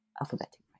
alphabetic